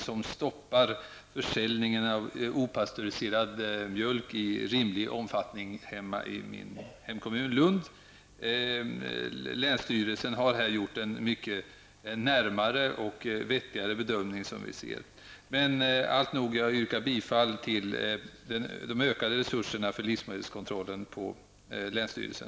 Livsmedelsverket har t.ex. stoppat försäljning i rimlig omfattning av opastöriserad mjölk i min hemkommun Lund. Länsstyrelsen har där gjort en närmare och vettigare bedömning. Jag yrkar bifall till ökade resurser för livsmedelskontrollen på länsstyrelsen.